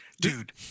Dude